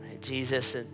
Jesus